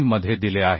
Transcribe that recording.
3मध्ये दिले आहे